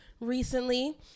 recently